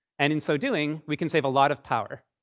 and in so doing, we can save a lot of power,